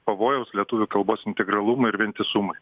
pavojaus lietuvių kalbos integralumui ir vientisumui